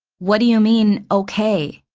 what do you mean okay?